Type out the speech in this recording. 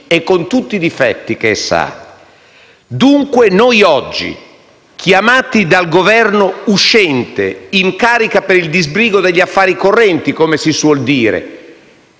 i pregi e i difetti che essa ha. Oggi siamo chiamati dal Governo uscente, in carica per il disbrigo degli affari correnti, come si suol dire,